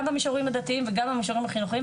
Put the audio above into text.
גם במישורים הדתיים וגם במישורים החינוכיים,